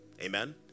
amen